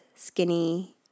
skinny